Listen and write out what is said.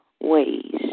ways